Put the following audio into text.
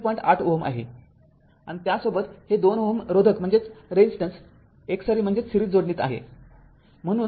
८Ω आहे आणि त्यासोबत हे २Ω रोधक एकसरी जोडणीत आहे